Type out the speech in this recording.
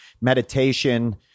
meditation